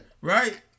Right